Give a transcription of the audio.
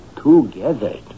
Together